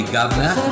Governor